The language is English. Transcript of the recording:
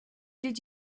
did